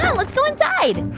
let's go inside